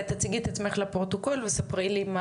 תציגי את עצמך לפרוטוקול וספרי לי מה